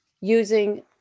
using